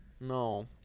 no